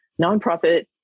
nonprofit